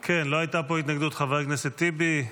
כן, לא הייתה פה התנגדות, חבר הכנסת טיבי.